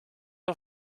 een